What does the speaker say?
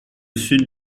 sud